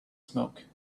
smoke